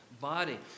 body